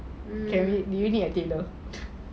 carry do you need a tailor